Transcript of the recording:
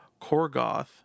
Korgoth